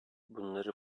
bunları